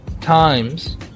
times